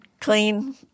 clean